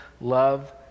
Love